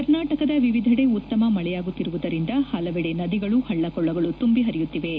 ಕರ್ನಾಟಕದ ವಿವಿಧೆಡೆ ಉತ್ತಮ ಮಳೆಯಾಗುತ್ತಿರುವುದರಿಂದ ಹಲವೆಡೆ ನದಿಗಳು ಹಳ್ಳ ಕೊಳ್ಳಗಳು ತುಂಬಿ ಹರಿಯುತ್ತಿವೆ